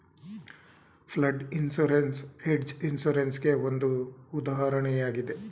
flood insurance hedge insurance ಗೆ ಒಂದು ಉದಾಹರಣೆಯಾಗಿದೆ